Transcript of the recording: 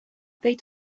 they